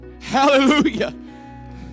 hallelujah